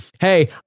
hey